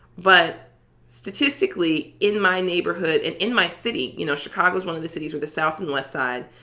but statistically, in my neighborhood and in my city, you know, chicago is one of the cities with the south and west side,